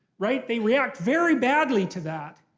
right? they react very badly to that.